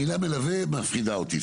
המילה מלווה מפחידה אותי.